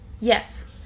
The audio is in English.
Yes